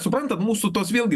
suprantat mūsų tos vėlgi